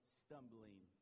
stumbling